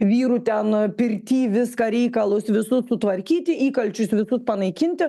vyrų ten pirty viską reikalus visus sutvarkyti įkalčius visus panaikinti